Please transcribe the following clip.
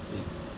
hmm